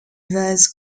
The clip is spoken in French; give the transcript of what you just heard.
vases